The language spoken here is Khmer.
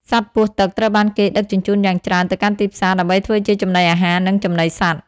សត្វពស់ទឹកត្រូវបានគេដឹកជញ្ជូនយ៉ាងច្រើនទៅកាន់ទីផ្សារ ដើម្បីធ្វើជាចំណីអាហារ និងចំណីសត្វ។